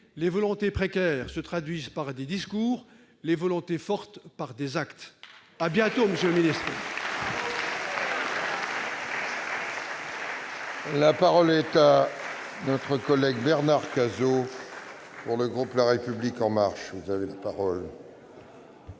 Les volontés précaires se traduisent par des discours, les volontés fortes par des actes. » À bientôt, monsieur le ministre ! La parole est à M. Bernard Cazeau, pour le groupe La République En Marche. Ma question